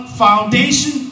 foundation